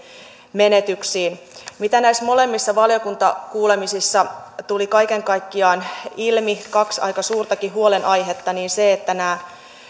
menetyksiin näissä molemmissa valiokuntakuulemisissa tuli kaiken kaikkiaan ilmi kaksi aika suurtakin huolenaihetta se että nämä tänään